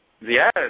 Yes